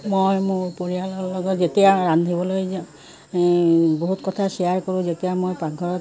মই মোৰ পৰিয়ালৰ লগত যেতিয়া ৰান্ধিবলৈ যাওঁ বহুত কথা শ্বেয়াৰ কৰোঁ যেতিয়া মই পাকঘৰত